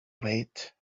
wait